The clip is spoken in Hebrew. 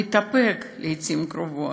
הוא התאפק לעתים קרובות,